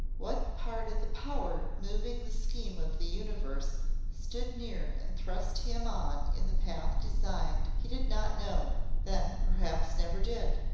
what part of the power moving the scheme of the universe stood near and thrust him on in the path designed he did not know then perhaps never did.